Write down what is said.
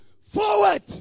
forward